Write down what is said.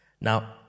Now